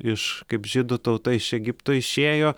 iš kaip žydų tauta iš egipto išėjo